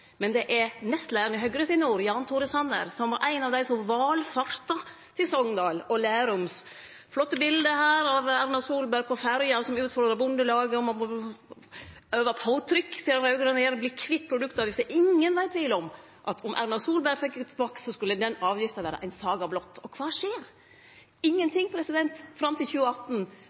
er orda til nestleiaren i Høgre, Jan Tore Sanner, som var ein av dei som valfarta til Sogndal og Lerum. Her har eg nokre flotte bilete av Erna Solberg på ferja, der ho utfordrar Bondelaget til å leggje trykk på den raud-grøne regjeringa og verte kvitt produktavgifta. Ingen var i tvil om at dersom Erna Solberg fekk makta, skulle den avgifta vere ein saga blott. Kva skjer? Ingenting fram til 2018